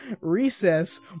recess